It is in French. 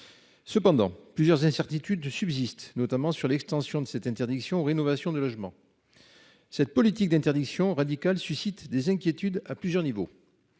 Cependant, plusieurs incertitudes subsistent, notamment sur l'extension de cette interdiction, rénovation des logements. Cette politique d'interdiction radicale suscite des inquiétudes à plusieurs niveaux.